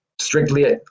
strictly